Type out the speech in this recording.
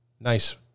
nice